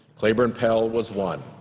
claiborne pell was one.